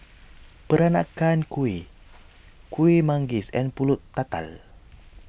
Peranakan Kueh Kuih Manggis and Pulut Tatal